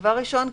דבר ראשון,